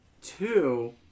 two